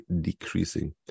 decreasing